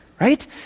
right